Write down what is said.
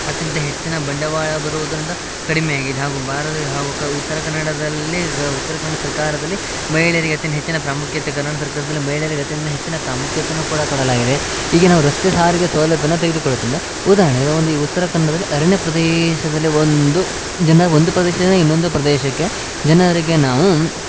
ಅತ್ಯಂತ ಹೆಚ್ಚಿನ ಬಂಡವಾಳ ಬರೋದರಿಂದ ಕಡಿಮೆ ಆಗಿದೆ ಹಾಗೂ ಭಾರತ ಹಾಗೂ ಕ ಉತ್ತರ ಕನ್ನಡದಲ್ಲೀಗ ಉತ್ತರ ಕನ್ನಡ ಸರ್ಕಾರದಲ್ಲಿ ಮಹಿಳೆಯರಿಗೆ ಅತಿ ಹೆಚ್ಚಿನ ಪ್ರಾಮುಖ್ಯತೆ ಕನ್ನಡ ಸರ್ಕಾರದಲ್ಲಿ ಮಹಿಳೆಯರಿಗೆ ಅತ್ಯಂತ ಹೆಚ್ಚಿನ ಪ್ರಾಮುಖ್ಯತೆಯನ್ನು ಕೂಡ ಕೊಡಲಾಗಿದೆ ಈಗ ನಾವು ರಸ್ತೆ ಸಾರಿಗೆ ಸೌಲಭ್ಯವನ್ನ ತೆಗೆದುಕೊಳ್ಳುದರಿಂದ ಉದಾಹರಣೆಗೆ ಒಂದು ಈ ಉತ್ತರ ಕನ್ನಡದಲ್ಲಿ ಅರಣ್ಯ ಪ್ರದೇಶದಲ್ಲಿ ಒಂದು ಜನ ಒಂದು ಪ್ರದೇಶದಿಂದ ಇನ್ನೊಂದು ಪ್ರದೇಶಕ್ಕೆ ಜನರಿಗೆ ನಾವು